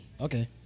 Okay